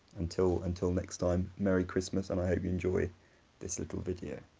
until until next time, merry christmas and i hope you enjoy this little video